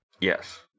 Yes